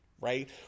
right